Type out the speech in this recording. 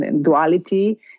duality